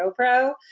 GoPro